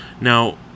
Now